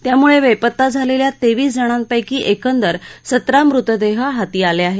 त्यामुळे बेपत्ता झालेल्या तेवीस जणांपैकी एकंदर सतरा मृतदेह हाती लागले आहेत